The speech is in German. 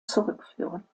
zurückführen